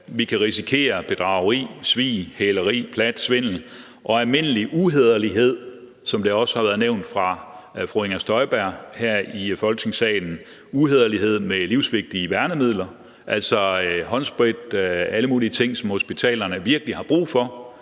vi kan risikere bedrageri, svig, hæleri, plat, svindel og almindelig uhæderlighed, som det også har været nævnt fra fru Inger Støjbergs side her i Folketingssalen, uhæderlighed med livsvigtige værnemidler; håndsprit og alle mulige ting, som hospitalerne virkelig har brug for,